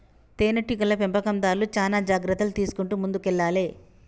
తేనె టీగల పెంపకందార్లు చానా జాగ్రత్తలు తీసుకుంటూ ముందుకెల్లాలే